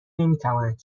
نمیتواند